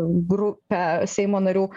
grupę seimo narių